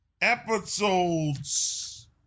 episodes